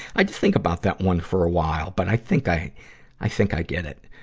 i had to think about that one for a while, but i think, i i think i get it.